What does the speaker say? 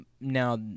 now